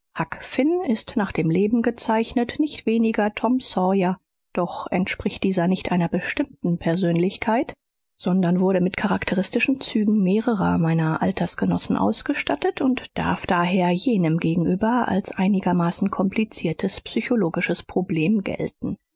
finn ist nach dem leben gezeichnet nicht weniger tom sawyer doch entspricht dieser nicht einer bestimmten persönlichkeit sondern wurde mit charakteristischen zügen mehrerer meiner altersgenossen ausgestattet und darf daher jenem gegenüber als einigermaßen kompliziertes psychologisches problem gelten